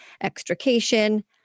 extrication